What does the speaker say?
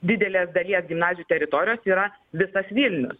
didelės dalies gimnazijų teritorijos yra visas vilnius